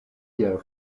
kiel